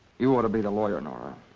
you ought to be the lawyer, nora.